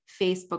Facebook